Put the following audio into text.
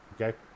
okay